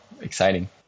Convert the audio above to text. exciting